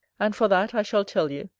and for that, i shall tell you,